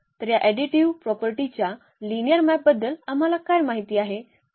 तर या ऍडिटिव्ह प्रॉपर्टीच्या लिनिअर मॅपबद्दल आम्हाला काय माहित आहे ते